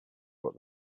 what